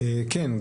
כן.